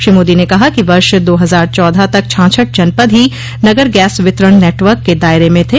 श्री मोदी ने कहा कि वर्ष दो हजार चौदह तक छाछठ जनपद ही नगर गैस वितरण नेटवर्क के दायरे में थे